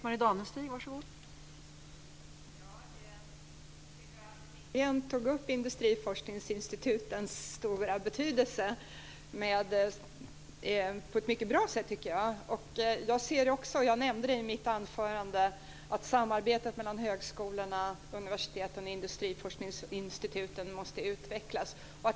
Fru talman! Sylvia Lindgren tog upp industriforskningsinstitutens stora betydelse på ett bra sätt. Jag nämnde i mitt anförande att samarbetet mellan högskolorna, universiteten och industriforskningsinstituten måste utvecklas.